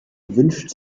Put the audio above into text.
erwünscht